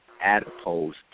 adipose